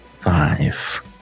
Five